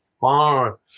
far